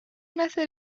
method